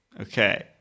Okay